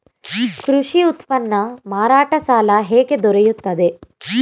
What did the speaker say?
ಕೃಷಿ ಉತ್ಪನ್ನ ಮಾರಾಟ ಸಾಲ ಹೇಗೆ ದೊರೆಯುತ್ತದೆ?